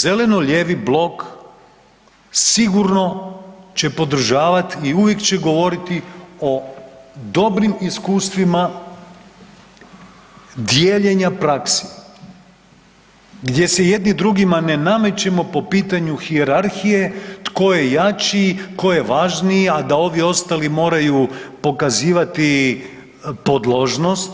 Zeleno-lijevi blok sigurno će podržavati i uvijek će govoriti o dobrim iskustvima dijeljenja praksi gdje se jedni drugima ne namećemo po pitanju hijerarhije, tko je jači, tko je važniji, a da ovi ostali moraju pokazivati podložnost,